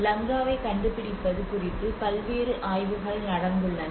லங்காவைக் கண்டுபிடிப்பது குறித்து பல்வேறு ஆய்வுகள் நடந்துள்ளன